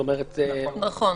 נכון.